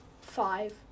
five